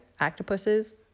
octopuses